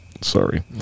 Sorry